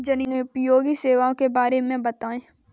जनोपयोगी सेवाओं के बारे में बताएँ?